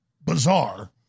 bizarre